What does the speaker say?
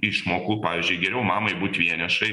išmokų pavyzdžiui geriau mamai būt vienišai